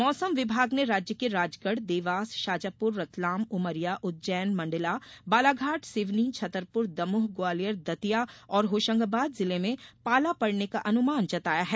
मौसम विभाग ने राज्य के राजगढ़ देवास शाजापुर रतलाम उमरिया उज्जैन मंडला बालाघाट सिवनी छतरपुर दमोह ग्वालियर दतिया और होषंगाबाद जिले में पाला पड़ने का अनुमान जताया है